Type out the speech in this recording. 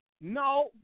no